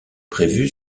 prévu